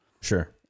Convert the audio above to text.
Sure